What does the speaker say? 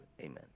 Amen